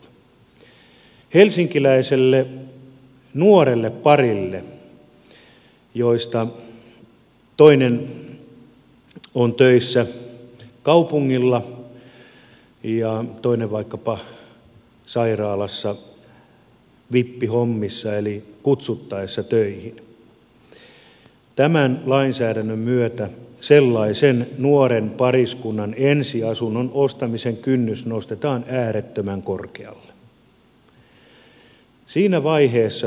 helsinkiläiselle nuorelleparille josta toinen on töissä kaupungilla ja toinen vaikkapa sairaalassa vippihommissa eli menee kutsuttaessa töihin tämä lainsäädäntö merkitsee sitä että tämän myötä sellaisen nuoren pariskunnan ensiasunnon ostamisen kynnys nostetaan äärettömän korkealle